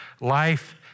life